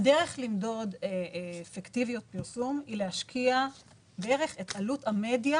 הדרך למדוד פיקטיביות פרסום היא להשקיע את עלות המדיה